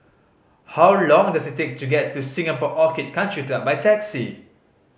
how long does it take to get to Singapore Orchid Country Club by taxi